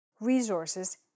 resources